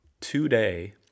today